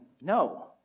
No